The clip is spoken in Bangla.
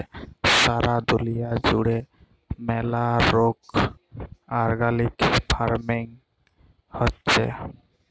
সারা দুলিয়া জুড়ে ম্যালা রোক অর্গ্যালিক ফার্মিং হচ্যে